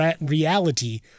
reality